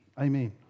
Amen